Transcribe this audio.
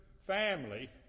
family